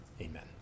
Amen